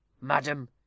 Madam